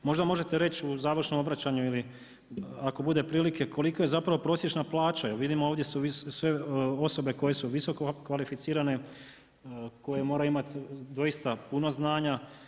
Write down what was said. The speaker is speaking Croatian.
Možda možete reći u završnom obraćanju ili ako bude prilike kolika je zapravo prosječna plaća, jer vidim ovdje su sve osobe koje su visoko kvalificirane, koje moraju imati doista puno znanja.